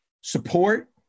support